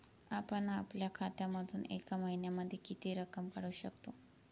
आपण आपल्या खात्यामधून एका महिन्यामधे किती रक्कम काढू शकतो?